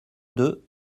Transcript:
deux